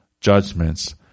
judgments